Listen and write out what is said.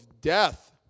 death